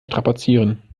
strapazieren